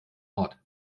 ort